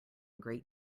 great